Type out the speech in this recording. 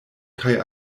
kaj